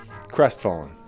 Crestfallen